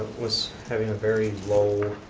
was having a very low